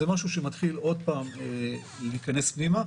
זה משהו שמתחיל עוד פעם להיכנס פנימה.